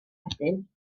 wedyn